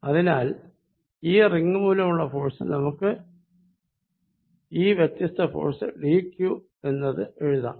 അതിനാൽ ഈ റിങ് മൂലമുള്ള ഫോഴ്സ് നമുക്ക് ഈ വ്യത്യസ്ത ഫോഴ്സ് dQ എന്നത് എഴുതാം